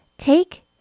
Take